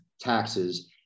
taxes